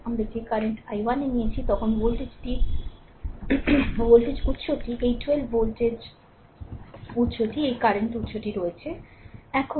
আমরা যে current i1 এ নিয়েছি তখন ভোল্টেজ উত্সটি এই 12 ভোল্টের ভোল্টেজ উত্সটি এই কারেন্ট উত্সটি রয়েছে এখন